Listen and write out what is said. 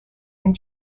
and